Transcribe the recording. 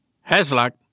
Hasluck